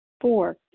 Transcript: Four